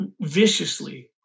viciously